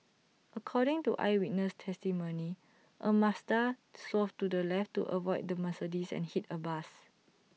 according to eyewitness testimony A Mazda swerved to the left to avoid the Mercedes and hit A bus